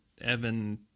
Evan